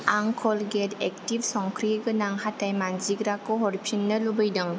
आं Colgate active संख्रि गोनां हाथाय मानजिग्राखौ हरफिननो लुबैदों